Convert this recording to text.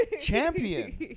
champion